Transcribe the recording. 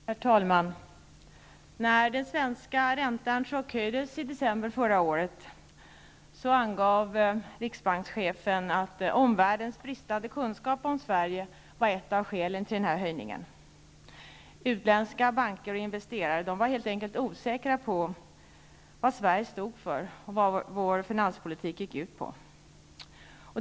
Herr talman! När den svenska räntan chockhöjdes i december förra året angav riksbankschefen att omvärldens bristande kunskap om Sverige var ett av skälen till höjningen. Utländska banker och investerare var helt enkelt osäkra på vad Sverige stod för och vad dess finanspolitik gick ut på.